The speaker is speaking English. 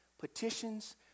petitions